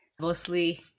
Mostly